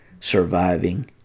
surviving